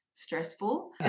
stressful